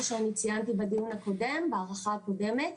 שאני ציינתי בדיון הקודם בהארכה הקודמת.